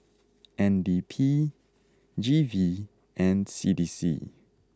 N D P G V and C D C